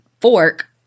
fork